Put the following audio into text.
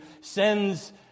sends